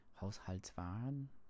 Haushaltswaren